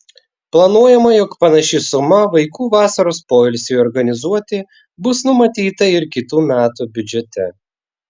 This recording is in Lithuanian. planuojama jog panaši suma vaikų vasaros poilsiui organizuoti bus numatyta ir kitų metų biudžete